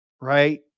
right